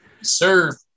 Sir